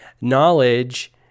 knowledge